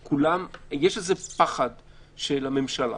יש איזה פחד של הממשלה